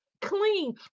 clean